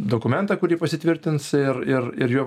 dokumentą kurį pasitvirtins ir ir ir juo